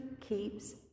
keeps